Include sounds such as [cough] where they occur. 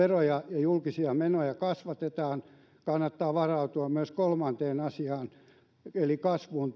julkisia menoja kasvatetaan kannattaa varautua myös kolmannen asian kasvuun [unintelligible]